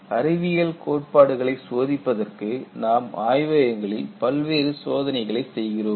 அறிவியல் கோட்பாடுகளை சோதிப்பதற்கு நாம் ஆய்வகங்களில் பல்வேறு சோதனைகளை செய்கிறோம்